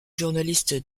journaliste